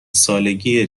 سالگی